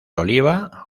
oliva